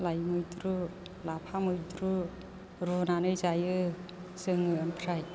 लाइ मैद्रु लाफा मैद्रु रुनानै जायो जोङो ओमफ्राय